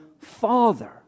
father